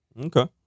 okay